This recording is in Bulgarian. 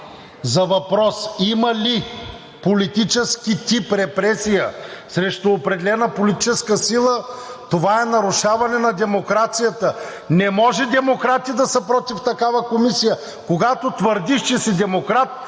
за това има ли политически тип репресия срещу определена политическа сила, това е нарушаване на демокрацията. Не може демократи да са против такава комисия! Когато твърдиш, че си демократ